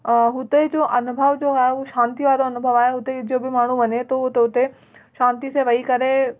हुतेजो अनुभव जो आहे उहो शांति वारो अनुभव आहे हुते जो बि माण्हू वञे थो त हुते शांति सां वेई करे